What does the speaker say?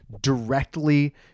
directly